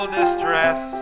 distress